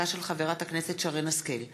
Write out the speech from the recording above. הצעתה של חברת הכנסת שרן השכל,